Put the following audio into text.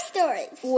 Stories